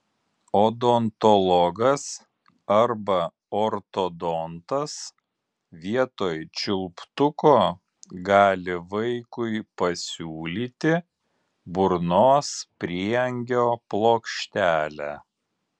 odontologas arba ortodontas vietoj čiulptuko gali vaikui pasiūlyti burnos prieangio plokštelę